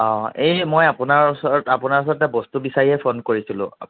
অঁ এই মই আপোনাৰ ওচৰত আপোনাৰ ওচৰত এটা বস্তু বিচাৰিয়ে ফোন কৰিছিলোঁ